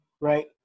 right